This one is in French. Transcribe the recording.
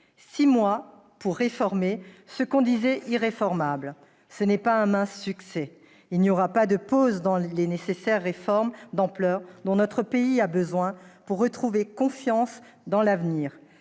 Six mois pour réformer ce qu'on disait irréformable : ce n'est pas un mince succès. Il n'y aura pas de pause dans les réformes d'ampleur dont notre pays a besoin pour retrouver confiance en l'avenir.